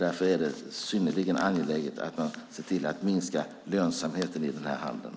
Därför är det synnerligen angeläget att man ser till att minska lönsamheten i den här handeln.